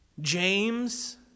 James